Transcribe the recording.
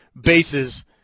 bases